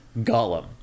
Gollum